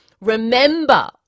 Remember